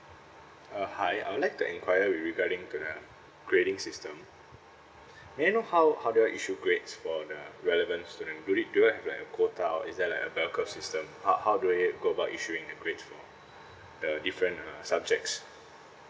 uh hi I would like to enquire re~ regarding to the grading system may I know how how they issue grades for the relevant student will it do I have to add a quota or is there like a system how how do I go about issuing the grades for the different err subjects